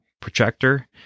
projector